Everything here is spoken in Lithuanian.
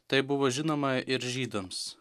tai buvo žinoma ir žydams